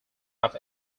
off